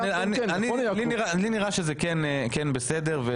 לי נראה שזה כן בסדר,